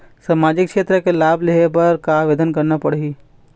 सामाजिक क्षेत्र के लाभ लेहे बर का आवेदन करना पड़ही?